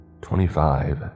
Twenty-five